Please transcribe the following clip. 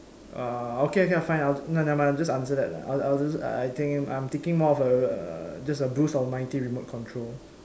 uh okay okay lah fine no never mind just answer that lah I'll I'll just I think I'm thinking more of a uh just a Bruce Almighty mighty remote control